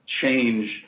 change